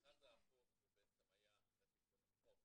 המכרז ההפוך היה אחרי תיקון החוק